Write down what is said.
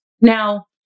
Now